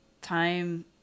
time